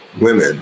women